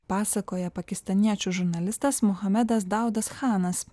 pasakoja pakistaniečių žurnalistas muhamedas daudas chanas